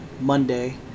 Monday